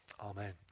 Amen